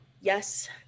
yes